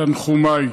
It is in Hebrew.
תנחומיי.